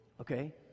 Okay